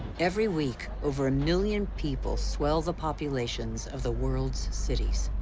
every week, over a million people swell the populations of the world's cities.